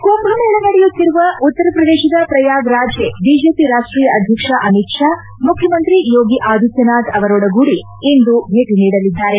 ಕುಂಭ ಮೇಳ ನಡೆಯುತ್ತಿರುವ ಉತ್ತರ ಪ್ರದೇಶದ ಪ್ರಯಾಗ್ ರಾಜ್ಗೆ ಬಿಜೆಪಿ ರಾಷ್ಲೀಯ ಅಧ್ಯಕ್ಷ ಅಮಿತ್ ಶಾ ಮುಖ್ಚಮಂತ್ರಿ ಯೋಗಿ ಆದಿತ್ವನಾಥ್ ಅವರೊಡಗೂಡಿ ಇಂದು ಭೇಟ ನೀಡಲಿದ್ದಾರೆ